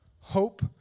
Hope